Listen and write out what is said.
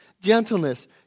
gentleness